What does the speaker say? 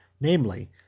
namely